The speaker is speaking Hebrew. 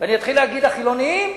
ואני אתחיל להגיד "החילונים"?